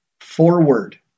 forward